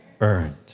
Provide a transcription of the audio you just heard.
earned